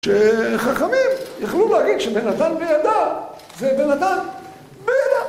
שחכמים יכלו להגיד שבנתן בידה זה בנתן בידה